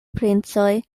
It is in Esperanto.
princoj